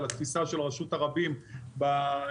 על התפיסה של רשות הרבים ביהדות.